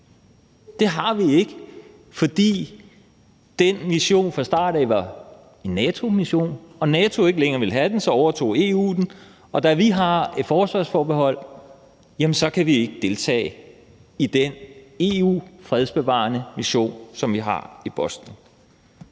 det har vi ikke, fordi den mission fra starten af var en NATO-mission, og da NATO ikke længere ville have den, overtog EU den, og da vi har et forsvarsforbehold, kan vi ikke deltage i den EU-fredsbevarende mission, som vi har i Bosnien.